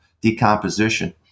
decomposition